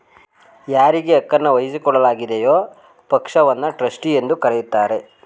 ಯಾರಿಗೆ ಹಕ್ಕುನ್ನ ವಹಿಸಿಕೊಡಲಾಗಿದೆಯೋ ಪಕ್ಷವನ್ನ ಟ್ರಸ್ಟಿ ಎಂದು ಕರೆಯುತ್ತಾರೆ